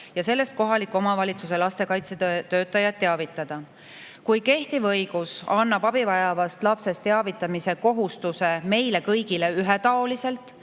ja sellest kohaliku omavalitsuse lastekaitsetöötajat teavitada. Kehtiv õigus [paneb] abi vajavast lapsest teavitamise kohustuse meile kõigile ühetaoliselt